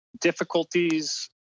difficulties